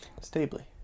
Stably